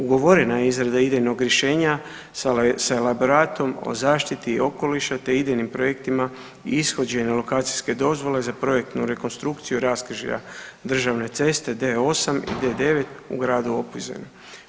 Ugovorena je izrada idejnog rješenja sa elaboratom o zaštiti okoliša te idejnim projektima i ishođena lokacijske dozvole za projektnu rekonstrukciju raskrižja državne ceste D8 i D9 u gradu Opuzenu.